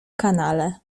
kanale